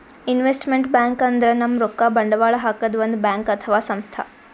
investment bank ಅಂದ್ರ ನಮ್ ರೊಕ್ಕಾ ಬಂಡವಾಳ್ ಹಾಕದ್ ಒಂದ್ ಬ್ಯಾಂಕ್ ಅಥವಾ ಸಂಸ್ಥಾ